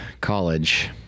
college